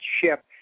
ship